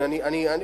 כן.